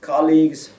colleagues